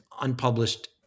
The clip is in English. unpublished